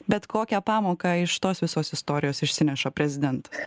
bet kokią pamoką iš tos visos istorijos išsineša prezidentas